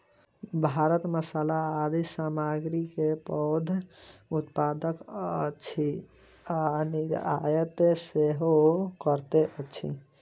भारत मसाला आदि सामग्री के पैघ उत्पादक अछि आ निर्यात सेहो करैत अछि